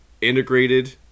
integrated